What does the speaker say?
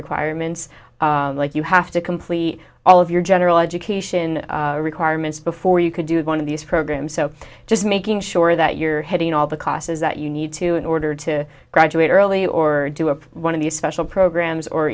requirements like you have to complete all of your general education requirements before you could do one of these programs so just making sure that you're heading all the classes that you need to in order to graduate early or do a one of these special programs or